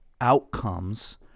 outcomes